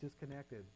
disconnected